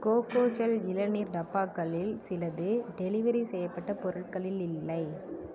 கோகோஜல் இளநீர் டப்பாக்களில் சிலது டெலிவெரி செய்யப்பட்ட பொருட்களில் இல்லை